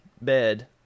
bed